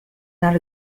not